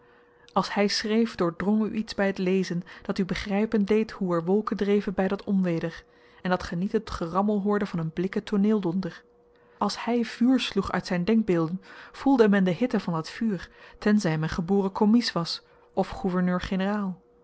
als hy schreef doordrong u iets by t lezen dat u begrypen deed hoe er wolken dreven by dat onweder en dat ge niet het gerammel hoorde van een blikken tooneeldonder als hy vuur sloeg uit zyn denkbeelden voelde men de hitte van dat vuur tenzy men geboren kommies was of